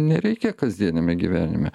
nereikia kasdieniame gyvenime